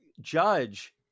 judge